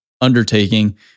undertaking